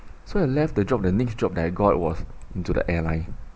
so I left the job the next job that I got was into the airline